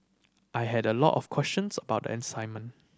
I had a lot of questions about assignment